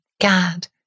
Gad